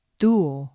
duo